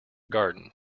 garden